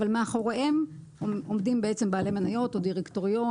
אבל מאחוריהם עומדים בעלי מניות או דירקטוריון